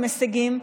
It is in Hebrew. עם הישגים.